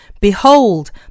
Behold